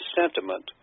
sentiment